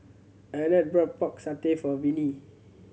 Arnett brought Pork Satay for Viney